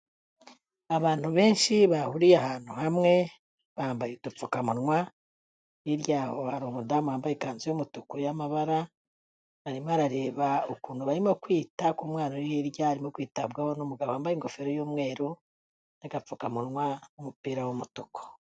Abantu benshi bahuriye ahantu hamwe, bambaye udupfukamunwa, hirya yaho hari umudamu wambaye ikanzu y'umutuku y'amabara, arimo arareba ukuntu barimo kwita ku mwana uri hirya, arimo kwitabwaho n'umugabo wambaye ingofero y'umweru n'agapfukamunwa n'umupira w'umutuku.